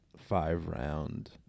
five-round